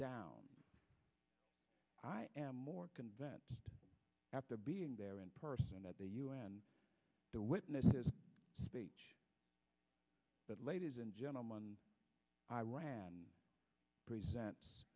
down i am more convention after being there in person at the un the witnesses speech that ladies and gentleman i ran present